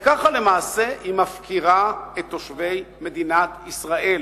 וככה, למעשה, היא מפקירה את תושבי מדינת ישראל.